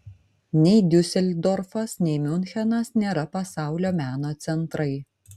nei diuseldorfas nei miunchenas nėra pasaulio meno centrai